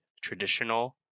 traditional